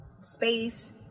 space